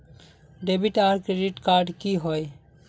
Debit आर credit card की होय?